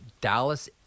Dallas